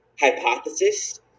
hypothesis